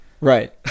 Right